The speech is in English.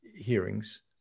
hearings